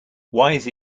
wise